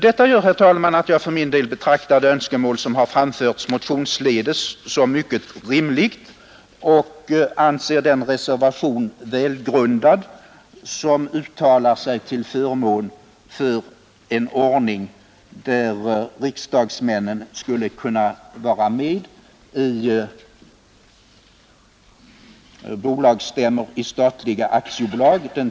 Detta gör, herr talman, att jag för min del betraktar det önskemål som framförts i motionen 1352 som mycket rimligt och att jag anser den reservation välgrundad som uttalar sig till förmån för en ordning där riksdagsmännen skulle kunna vara med vid bolagsstämmor i statliga aktiebolag.